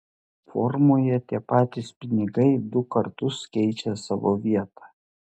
formoje tie patys pinigai du kartus keičia savo vietą